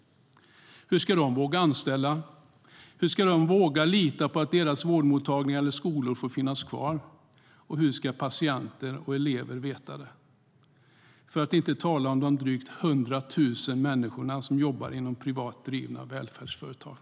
Hur ska de våga anställa? Hur ska de våga lita på att deras vårdmottagningar eller skolor får finnas kvar? Och hur ska patienter och elever veta det, för att inte tala om de drygt 100 000 människor som jobbar inom privat drivna välfärdsföretag?